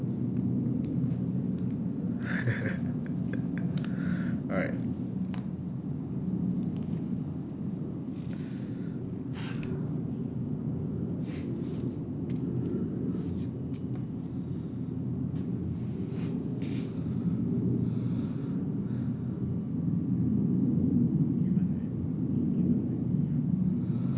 alright